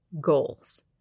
goals